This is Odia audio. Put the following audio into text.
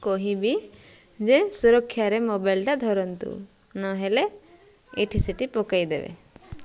କହିବି ଯେ ସୁରକ୍ଷାରେ ମୋବାଇଲ୍ଟା ଧରନ୍ତୁ ନହେଲେ ଏଠି ସେଠି ପକେଇଦେବେ